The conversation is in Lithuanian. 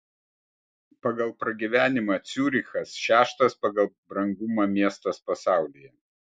pagal pragyvenimą ciurichas šeštas pagal brangumą miestas pasaulyje